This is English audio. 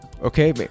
Okay